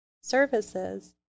services